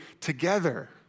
together